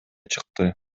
чыкты